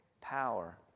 power